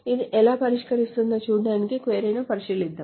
ఇది ఎలా పరిష్కరిస్తుందో చూడటానికి క్వరీ ను పరిశీలిద్దాం